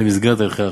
במסגרת הליכי האכיפה.